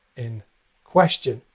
in question.